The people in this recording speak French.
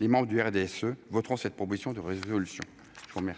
les membres du RDSE voteront cette proposition de résolution. La parole